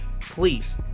please